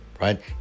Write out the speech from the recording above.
right